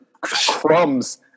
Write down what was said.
crumbs